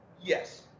yes